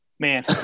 man